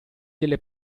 delle